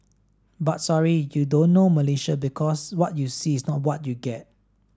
but sorry you don't know Malaysia because what you see is not what you get